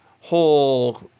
whole